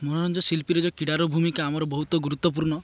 ମନୋରଞ୍ଜନ ଶିଳ୍ପୀରେ ଯେଉଁ କ୍ରୀଡ଼ାର ଭୂମିକା ଆମର ବହୁତ ଗୁରୁତ୍ଵପୁର୍ଣ୍ଣ